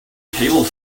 table